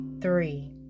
Three